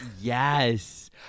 yes